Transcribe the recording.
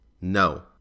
No